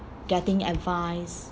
getting advice